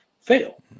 fail